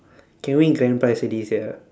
can win grand prize already sia